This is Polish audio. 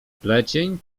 plecień